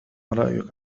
رأيك